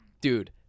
Dude